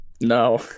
No